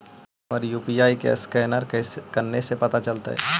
हमर यु.पी.आई के असकैनर कने से पता चलतै?